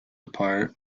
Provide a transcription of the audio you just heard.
apart